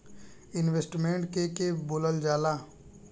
Investment के के बोलल जा ला?